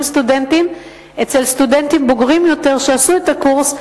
סטודנטים אצל סטודנטים בוגרים יותר שעשו את הקורס,